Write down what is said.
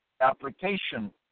Application